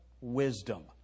wisdom